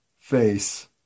face